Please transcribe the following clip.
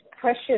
precious